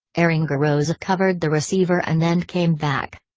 aringarosa covered the receiver and then came back.